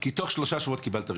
כי תוך שלושה שבועות קיבלת רישיון.